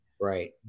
Right